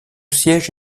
siège